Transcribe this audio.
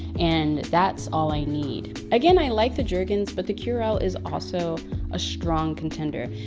and that's all i need. again, i liked the jergens but the curel is also a strong contender.